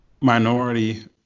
minority